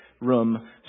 room